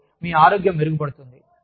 మరియు మీ ఆరోగ్యం మెరుగుపడుతుంది